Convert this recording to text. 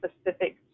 specific